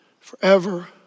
forever